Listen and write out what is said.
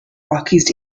rockies